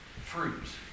fruits